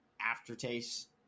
aftertaste